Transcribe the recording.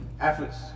efforts